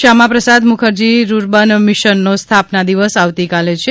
Shyamaprasad Mukherjee rurban મિશનનો સ્થાપના દિવસ આવતીકાલે છે